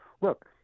Look